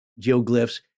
geoglyphs